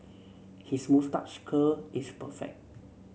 his moustache curl is perfect